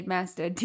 Master